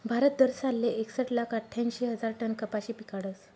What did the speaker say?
भारत दरसालले एकसट लाख आठ्यांशी हजार टन कपाशी पिकाडस